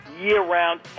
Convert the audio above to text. year-round